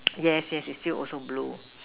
yes yes you still also blue